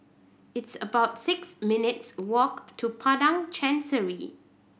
it's about six minutes' walk to Padang Chancery